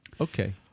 Okay